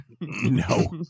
No